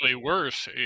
worse